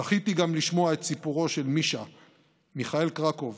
זכיתי גם לשמוע את סיפורו של מישה-מיכאל קרקוב,